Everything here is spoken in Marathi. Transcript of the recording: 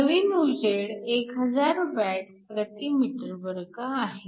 नवीन उजेड 1000 Wm2 आहे